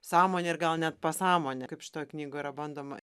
sąmone ir gal net pasąmone kaip šitoj knygoj yra bandoma